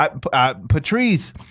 Patrice